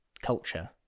culture